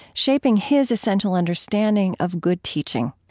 shaping his essential understanding of good teaching.